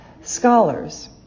scholars